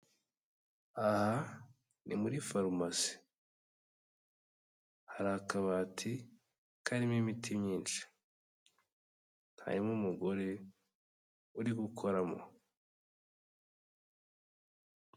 Aha ni muri farumasi. Hari akabati karimo imiti myinshi. Harimo umugore uri gukoramo.